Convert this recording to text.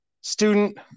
student